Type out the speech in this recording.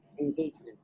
engagement